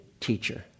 teacher